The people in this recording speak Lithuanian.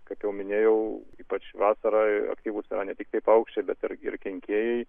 kaip jau minėjau ypač vasarą aktyvūs yra ne tiktai paukščiai bet ir ir kenkėjai